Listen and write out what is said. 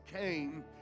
came